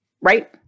right